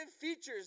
features